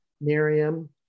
Miriam